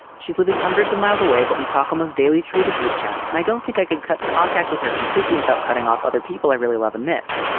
she's living hundreds of miles away, but we talk almost daily through the group chat. and i don't think i could cut contact with her completely without cutting off other people i really love and miss.